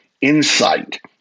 insight